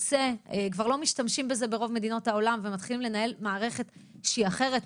כבר לא משתמשים בזה ברוב מדינות העולם ומתחילים לנהל מערכת שהיא אחרת,